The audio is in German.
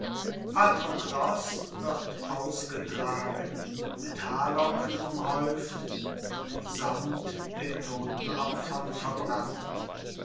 patroklos wird ausgetragen mit haarlocken umhäuft und samt den totenopfern verbrannt